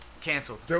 canceled